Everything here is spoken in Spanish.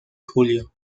julio